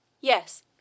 Yes